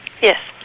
Yes